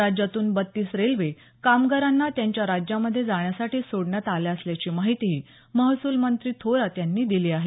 राज्यातून बत्तीस रेल्वे कामगारांना त्यांच्या राज्यांमधे जाण्यासाठी सोडण्यात आल्या असल्याची माहितीही महसूलमंत्री थोरात यांनी दिली आहे